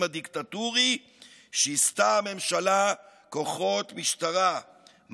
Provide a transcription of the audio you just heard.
הדיקטטורי שיסתה הממשלה כוחות משטרה,